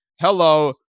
Hello